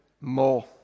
More